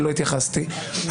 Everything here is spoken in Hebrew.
שלא התייחסתי,